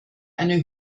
eine